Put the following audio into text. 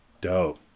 dope